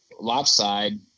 Lopside